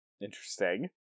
Interesting